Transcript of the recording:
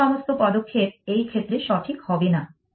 অন্য সমস্ত পদক্ষেপ এই ক্ষেত্রে সঠিক হবে না